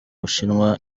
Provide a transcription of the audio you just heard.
bushinwa